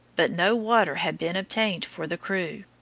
but no water had been obtained for the crew.